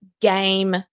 game